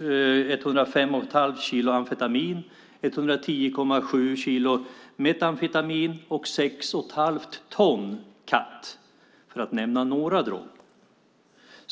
105,5 kilo amfetamin, 110,7 kilo metamfetamin och 6,5 ton kat, för att nämna några droger.